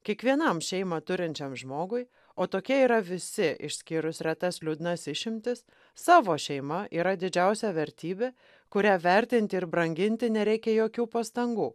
kiekvienam šeimą turinčiam žmogui o tokie yra visi išskyrus retas liūdnas išimtis savo šeima yra didžiausia vertybė kurią vertinti ir branginti nereikia jokių pastangų